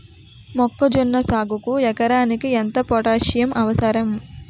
మొక్కజొన్న సాగుకు ఎకరానికి ఎంత పోటాస్సియం అవసరం?